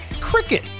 cricket